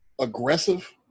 aggressive